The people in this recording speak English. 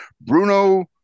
Bruno